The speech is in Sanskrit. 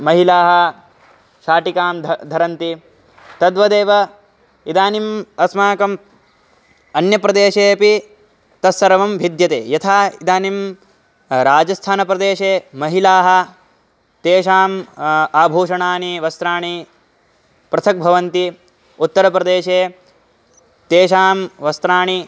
महिलाः शाटिकां धरति धरन्ति तद्वदेव इदानीम् अस्माकम् अन्यप्रदेशेऽपि तत् सर्वं भिद्यते यथा इदानीं राजस्थानप्रदेशे महिलाः तेषाम् आभूषणानि वस्त्राणि पृथक् भवन्ति उत्तरप्रदेशे तेषां वस्त्राणि